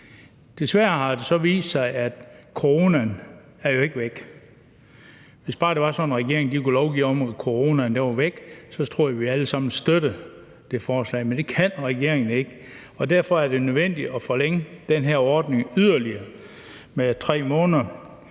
Desværre har det så vist sig, at coronaen jo ikke er væk. Hvis bare det var sådan, at regeringen kunne lovgive om, at coronaen var væk, tror jeg, vi alle sammen støttede det forslag. Men det kan regeringen ikke. Derfor er det nødvendigt at forlænge den her ordning yderligere med 3 måneder.